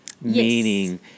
Meaning